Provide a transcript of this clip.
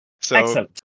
Excellent